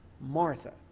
Martha